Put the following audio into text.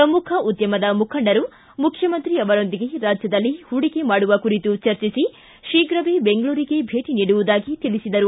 ಪ್ರಮುಖ ಉದ್ದಮದ ಮುಖಂಡರು ಮುಖ್ಯಮಂತ್ರಿ ಅವರೊಂದಿಗೆ ರಾಜ್ಯದಲ್ಲಿ ಹೂಡಿಕೆ ಮಾಡುವ ಕುರಿತು ಚರ್ಚಿಸಿ ಶಿಫ್ರವೇ ಬೆಂಗಳೂರಿಗೆ ಭೇಟಿ ನೀಡುವುದಾಗಿ ತಿಳಿಸಿದರು